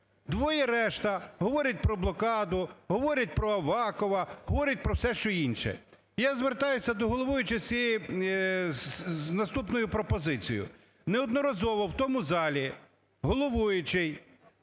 двоє решта говорять про блокаду, говорять про Авакова, говорять про все, що інше. Я звертаюся до головуючої з наступною пропозицією. Неодноразово в тому залі головуючий